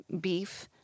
beef